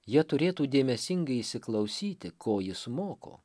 jie turėtų dėmesingai įsiklausyti ko jis moko